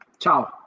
Ciao